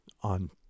On